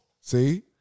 See